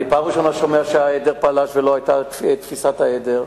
אני פעם ראשונה שומע שהעדר פלש ולא היתה תפיסת העדר.